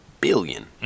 billion